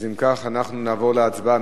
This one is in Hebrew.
אז אם כך, אנחנו נעבור להצבעה.